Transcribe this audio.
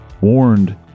warned